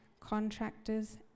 contractors